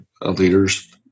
leaders